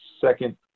second